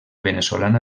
veneçolana